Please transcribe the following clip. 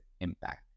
impact